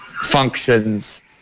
functions